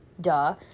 duh